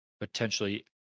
potentially